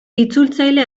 itzultzaile